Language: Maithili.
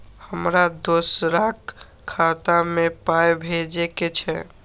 हमरा दोसराक खाता मे पाय भेजे के छै?